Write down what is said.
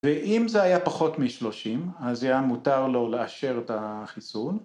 ‫ואם זה היה פחות מ-30, ‫אז היה מותר לו לאשר את החיסון.